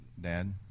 Dad